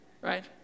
right